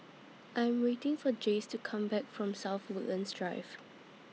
I Am waiting For Jayce to Come Back from South Woodlands Drive